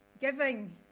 giving